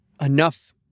enough